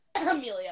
Amelia